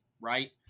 right